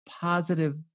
positive